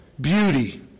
beauty